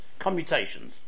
commutations